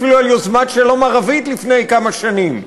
אפילו על יוזמת שלום ערבית לפני כמה שנים.